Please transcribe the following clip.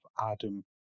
Adam